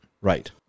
Right